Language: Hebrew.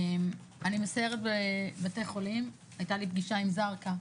אני מסיירת בבתי חולים, היתה לי פגישה עם זרקא,